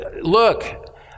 look